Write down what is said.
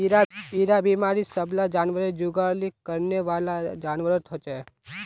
इरा बिमारी सब ला जुगाली करनेवाला जान्वारोत होचे